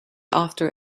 after